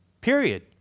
Period